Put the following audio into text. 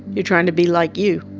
you're trying to be like you.